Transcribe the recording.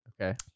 Okay